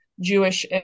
Jewish